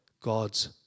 God's